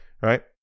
Right